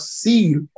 seal